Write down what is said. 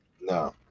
No